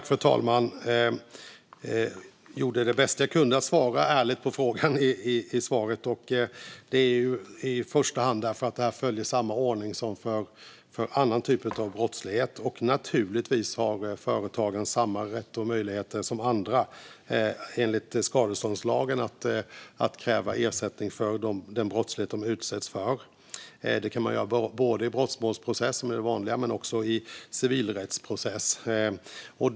Fru talman! Jag gjorde det bästa jag kunde för att svara ärligt på frågan i interpellationssvaret. Orsaken är i första hand att detta följer samma ordning som annan typ av brottslighet. Naturligtvis har företagen samma rätt och möjlighet som andra enligt skadeståndslagen att kräva ersättning för den brottslighet de utsätts för. Det kan man göra både i brottmålsprocess, vilket är det vanliga, och i civilrättsprocess.